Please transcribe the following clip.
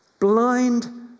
Blind